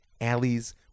Alleys